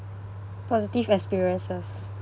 positive experiences